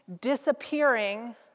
disappearing